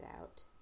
out